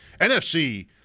NFC